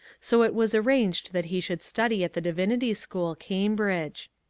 so it was arranged that he should study at the divinity school, cambridge.